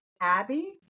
Abby